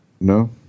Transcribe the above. No